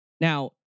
Now